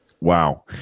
Wow